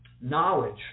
knowledge